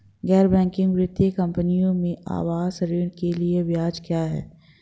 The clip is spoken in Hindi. गैर बैंकिंग वित्तीय कंपनियों में आवास ऋण के लिए ब्याज क्या है?